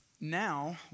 Now